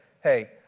Hey